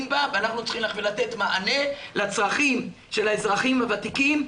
בה ואנחנו צריכים לתת מענה לצרכים של האזרחים הוותיקים,